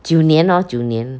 九年 lor 九年